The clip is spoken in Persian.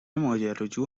ماجراجو